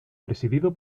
presidido